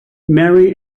marie